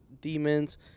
demons